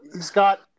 Scott